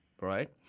right